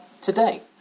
today